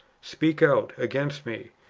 speak out against me,